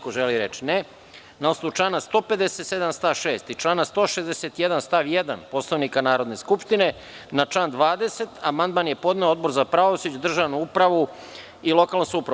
Da li neko želi reč? (Ne) Na osnovu člana 157. stav 6. i člana 161. stav 1. Poslovnika Narodne skupštine, na član 20. amandman je podneo Odborza pravosuđe, državnu upravu i lokalnu samoupravu.